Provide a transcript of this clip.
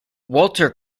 walter